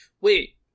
Wait